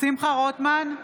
שמחה רוטמן,